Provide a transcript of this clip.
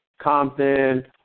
Compton